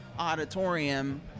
auditorium